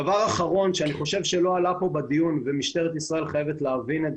דבר אחרון שאני חושב שלא עלה כאן בדיון ומשטרת ישראל חייבת להבין.